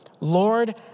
Lord